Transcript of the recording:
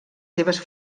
seves